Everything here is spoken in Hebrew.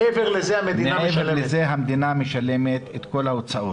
מעבר לזה המדינה משלמת את כל ההוצאות.